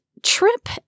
Trip